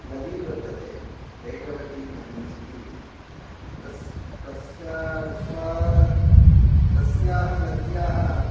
नदी वर्तते वेगवती नदी इति तस्याः नद्याः